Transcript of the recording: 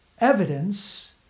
evidence